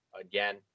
again